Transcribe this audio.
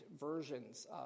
versions